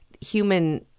human